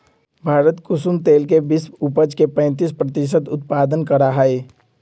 भारत कुसुम तेल के विश्व उपज के पैंतीस प्रतिशत उत्पादन करा हई